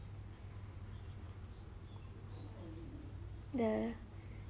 the